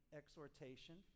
exhortation